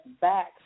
back